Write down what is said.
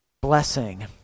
blessing